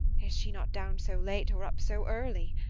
is she not down so late, or up so early?